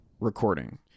recording